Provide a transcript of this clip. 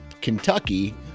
Kentucky